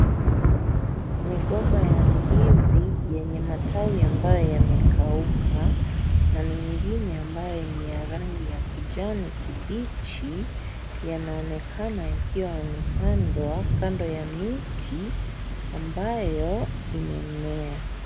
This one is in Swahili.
Migomba ya ndizi, yenye matawi ambayo yamekauka na mengine ambayo ni ya rangi ya kijani kibichi, yanaonekana yakiwa yamepandwa, kando ya miti ambayo imemea.